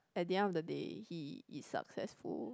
at the end of the day he is successful